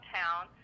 town